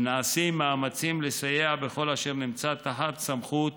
ונעשים מאמצים לסייע בכל אשר נמצא תחת סמכות